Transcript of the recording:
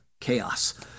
chaos